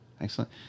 Excellent